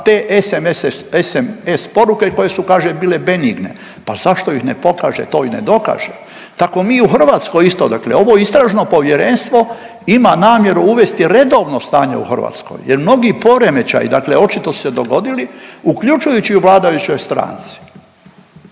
te sms poruke koje su kaže bile benigne. Pa zašto ih ne pokaže to i ne dokaže. Tako mi u Hrvatskoj isto, dakle ovo istražno povjerenstvo ima namjeru uvesti redovno stanje u Hrvatskoj jer mnogi poremećaji dakle očito su se dogodili uključujući i u vladajućoj stranci.